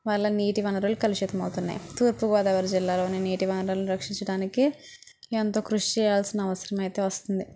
వల్ల నీటి వనరులు కలుషితం అవుతున్నాయి తూర్పు గోదావరి జిల్లాలోని నీటి వనరులను రక్షించడానికి ఎంతో కృషి చేయాల్సిన అవసరం అయితే వస్తుంది